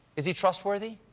is he trustworthy?